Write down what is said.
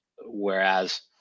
whereas